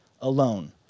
alone